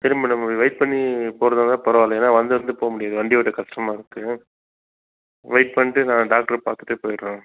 சரி madam wait பண்ணி போகிறதா இருந்தா பரவாயில்ல ஏன்னா வந்து வந்து போமுடியலைட் வண்டி ஓட்ட கஷ்டமாக இருக்கு வெயிட் பண்ணிட்டு நான் டாக்டரை பார்த்துட்டே போயிடுறேன்